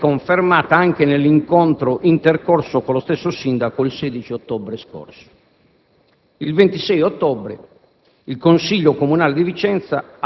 La richiesta peraltro viene confermata anche nell'incontro intercorso con lo stesso Sindaco il 16 ottobre scorso. Il 26 ottobre